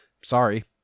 Sorry